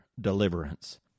deliverance